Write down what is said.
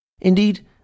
Indeed